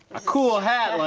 a cool hat